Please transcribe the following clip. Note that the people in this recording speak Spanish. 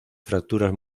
fracturas